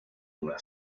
una